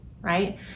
right